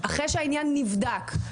אחרי שהעניין נבדק,